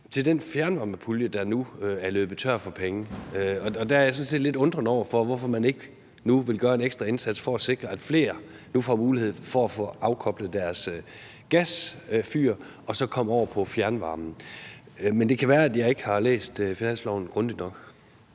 til den fjernvarmepulje, som nu er løbet tør for penge. Og der er jeg sådan set lidt undrende over for, hvorfor man ikke vil gøre en ekstra indsats for at sikre, at flere nu får mulighed for at afkoble deres gasfyr og så komme over på fjernvarme. Men det kan være, at jeg ikke har læst finanslovsforslaget grundigt nok.